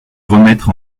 remettre